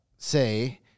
say